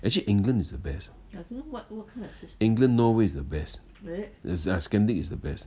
actually england is the best england norway is the best scandic~ is the best